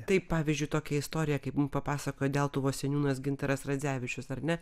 taip pavyzdžiui tokią istoriją kaip mums papasakojo deltuvos seniūnas gintaras radzevičius ar ne